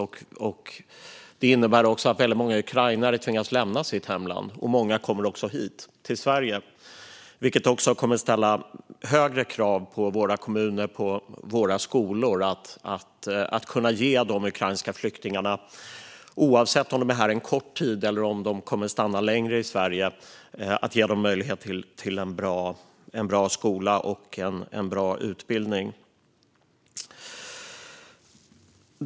Detta innebär också att väldigt många ukrainare tvingas att lämna sitt hemland. Många kommer hit till Sverige, vilket kommer att ställa högre krav på våra kommuner och skolor när det gäller att ge de ukrainska flyktingarna möjlighet till en bra skola och en bra utbildning, oavsett om de är här en kortare eller längre tid. Fru talman!